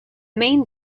main